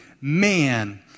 man